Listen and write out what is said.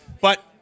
But-